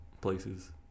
places